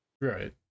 right